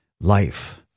life